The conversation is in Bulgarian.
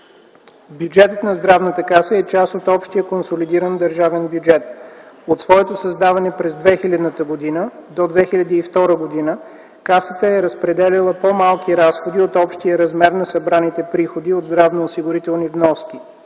Бюджетът на Здравната каса е част от общия консолидиран държавен бюджет. От своето създаване през 2000 г. до 2002 г. Касата е разпределяла по-малки разходи от общия размер на събраните приходи от здравноосигурителни вноски.